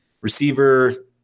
Receiver